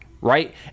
right